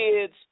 kids